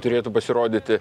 turėtų pasirodyti